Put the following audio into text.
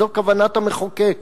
וזו כוונת המחוקק.